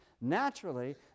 naturally